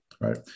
right